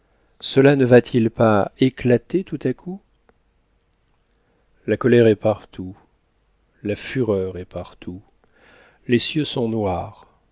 cela ne va-t-il pas éclater tout à coup la colère est partout la fureur est partout les cieux sont noirs